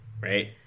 right